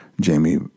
Jamie